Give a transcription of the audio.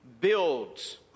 builds